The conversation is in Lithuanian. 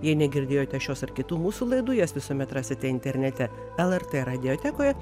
jei negirdėjote šios ar kitų mūsų laidų jas visuomet rasite internete lrt radiotekoje